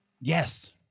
yes